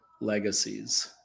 legacies